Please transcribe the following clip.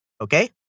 Okay